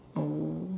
oh